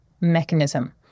mechanism